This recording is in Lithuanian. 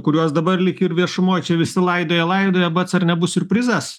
kuriuos dabar lyg ir viešumoje čia visi laidoja laidoja bac ar nebus siurprizas